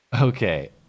Okay